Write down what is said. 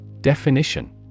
Definition